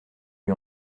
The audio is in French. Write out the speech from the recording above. lui